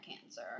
cancer